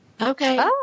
Okay